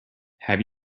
have